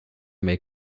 may